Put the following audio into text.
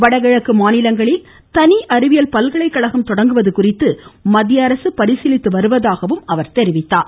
வடகிழக்கு மாநிலங்களில் தனி அறிவியல் பல்கலைகழகம் தொடங்குவது குறித்து மத்திய அரசு பரிசீலித்து வருவதாக கூறினார்